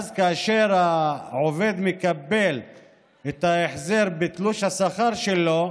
אז, כאשר העובד מקבל את ההחזר בתלוש השכר שלו,